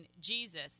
Jesus